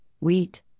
wheat